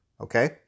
okay